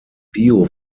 bio